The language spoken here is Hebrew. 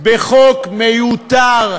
בחוק מיותר,